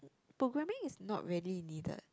programming is not really needed